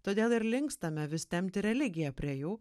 todėl ir linkstame vis tempti religiją prie jų